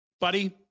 Buddy